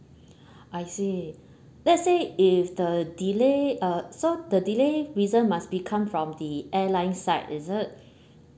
I see let's say if the delay uh so the delay reason must be come from the airline side is it